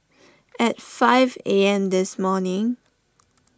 at five A M this morning